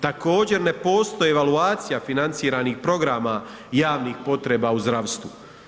Također ne postoji evaluacija financiranih programa javnih potreba u zdravstvu.